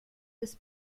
des